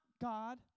God